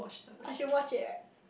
I should watch it leh